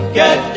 get